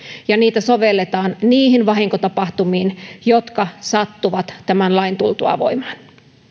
ja niitä sovelletaan niihin vahinkotapahtumiin jotka sattuvat tämän lain tultua voimaan